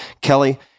Kelly